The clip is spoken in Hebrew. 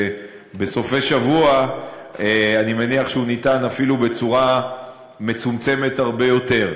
ובסופי שבוע אני מניח שהוא ניתן אפילו בצורה מצומצמת הרבה יותר.